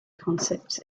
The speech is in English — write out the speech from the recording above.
concepts